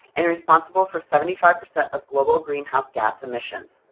and responsible for seventy five percent of global greenhouse gas emissions